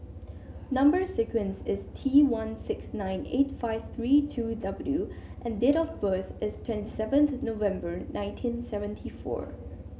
number sequence is T one six nine eight five three two W and date of birth is twenty seventh November nineteen seventy four